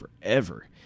forever